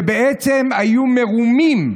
שבעצם היו מרומים,